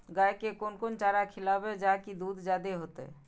गाय के कोन कोन चारा खिलाबे जा की दूध जादे होते?